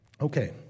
okay